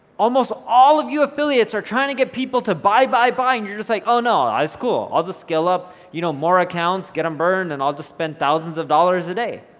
almost all of you affiliates are trying to get people to buy, buy, buy and you're just like oh no, it's cool, i'll just scale up you know more accounts, get them burned and i'll just spend thousands of dollars a day.